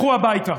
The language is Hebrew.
לכו הביתה.